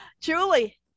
julie